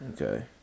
Okay